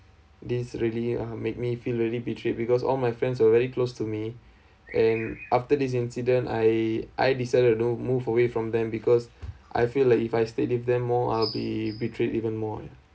these really uh make me feel really betrayed because all my friends are very close to me and after this incident I I decided you know move away from them because I feel like if I stay with them more I'll be betrayed even more ya